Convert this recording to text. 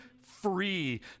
free